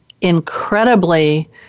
incredibly